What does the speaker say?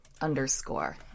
underscore